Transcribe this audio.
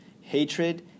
hatred